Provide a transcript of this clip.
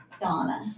Donna